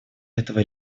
этого